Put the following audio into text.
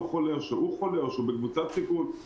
חולה או שהוא חולה או שהוא בקבוצת סיכון.